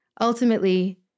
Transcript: ultimately